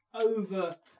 over